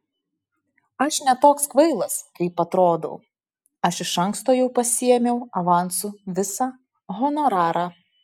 aš ne toks kvailas kaip atrodau aš iš anksto jau pasiėmiau avansu visą honorarą